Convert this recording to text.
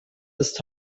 ist